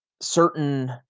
certain